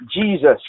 jesus